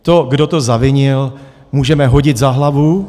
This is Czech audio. To, kdo to zavinil, můžeme hodit za hlavu.